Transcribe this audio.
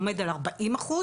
עומד על 40 אחוז,